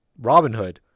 Robinhood